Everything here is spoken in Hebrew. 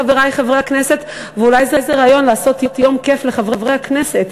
חברי חברי הכנסת ואולי זה רעיון לעשות יום כיף לחברי הכנסת,